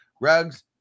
rugs